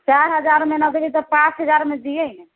चारि हजारमे ना देबीह तऽ पाँच हजारमे दिहै